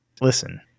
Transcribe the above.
listen